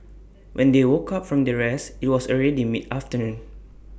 when they woke up from their rest IT was already mid afternoon